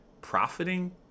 profiting